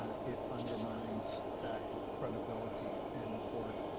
ah it undermines that credibility, and the court